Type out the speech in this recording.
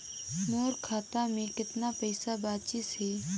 मोर खाता मे कतना पइसा बाचिस हे?